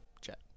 Chat